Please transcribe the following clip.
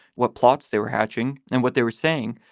what plots they were hatching and what they were saying.